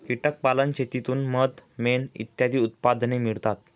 कीटक पालन शेतीतून मध, मेण इत्यादी उत्पादने मिळतात